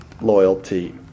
loyalty